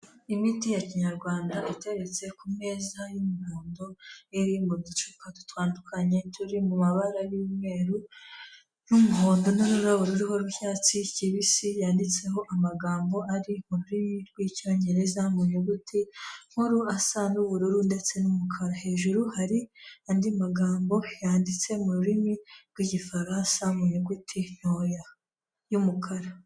Imiti ya kinyarwanda iteretse ku meza y'umuhondo, iri mu mu ducupa dutandukanye turi mu mabara y'umweru n'umuhondo, n'ururabo rariho rw'icyatsi kibisi, yanditseho amagambo ari mu rurimi rw'icyongereza, mu nyuguti nkuru asa n'ubururu ndetse n'umukara, hejuru hari andi magambo yanditse mu rurimi rw'igifaransa mu nyuguti ntoya y'umukara.